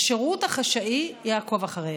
השירות החשאי יעקוב אחריהם.